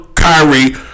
Kyrie